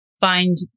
find